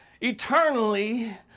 eternally